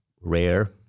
rare